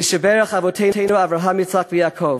"מי שבירך אבותינו אברהם יצחק ויעקב